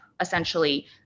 essentially